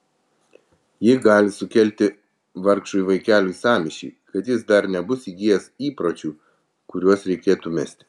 ji gali sukelti vargšui vaikeliui sąmyšį kai jis dar nebus įgijęs įpročių kuriuos reikėtų mesti